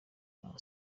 nta